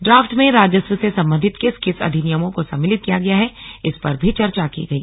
draft में राजस्व से सम्बन्धित किस किस अधिनियमों को सम्मिलित किया गया है इस पर भी चर्चा की गई